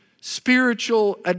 spiritual